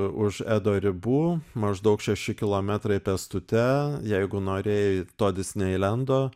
už edo ribų maždaug šeši kilometrai pėstute jeigu norėjai to disneilendo